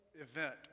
event